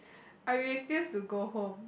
I refuse to go home